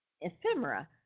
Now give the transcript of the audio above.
ephemera